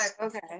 okay